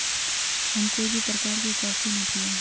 हम कोई भी प्रकार के कॉफी ना पीया ही